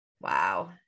Wow